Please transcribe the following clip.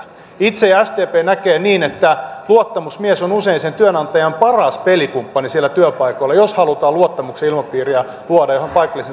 itse ja sdp näemme niin että luottamusmies on usein sen työnantajan paras pelikumppani siellä työpaikoilla jos halutaan luottamuksen ilmapiiriä luoda jota paikalliseen sopimiseen tarvitaan